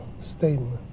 statement